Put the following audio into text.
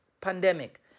pandemic